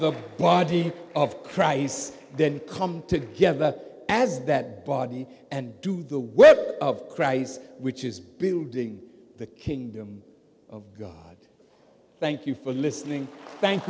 you body of christ then come together as that body and do the web of christ which is building the kingdom of god thank you for listening thank